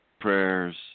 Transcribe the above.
prayers